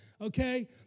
okay